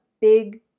big